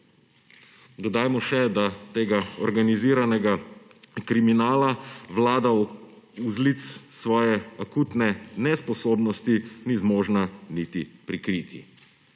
Dodajmo še, da tega organiziranega kriminala vlada vzlic svoje akutne nesposobnosti ni zmožna niti prikriti.